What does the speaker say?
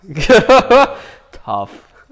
Tough